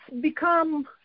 become